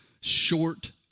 short